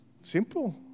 simple